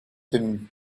him